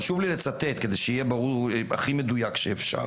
וחשוב לי לצטט כדי שיהיה ברור והכי מדויק שאפשר.